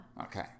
okay